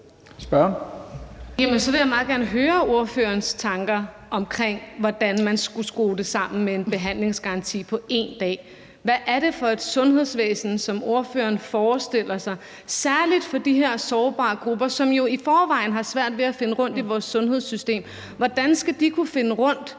Så vil jeg meget gerne høre ordførerens tanker om, hvordan man skulle skrue det sammen med en behandlingsgaranti på 1 dag. Hvad er det for et sundhedsvæsen, ordføreren forestiller sig, særlig for de her sårbare grupper, som jo i forvejen har svært ved at finde rundt i vores sundhedssystem? Hvordan skal de kunne finde rundt